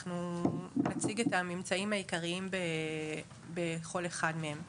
אנחנו נציג את הממצאים העיקריים בכל אחד מהם.